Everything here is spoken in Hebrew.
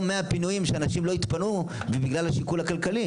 מאה פינויים שאנשים לא התפנו בגלל השיקול הכלכלי.